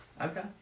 Okay